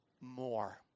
more